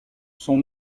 son